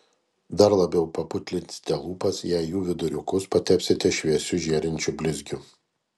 dar labiau paputlinsite lūpas jei jų viduriukus patepsite šviesiu žėrinčiu blizgiu